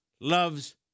loves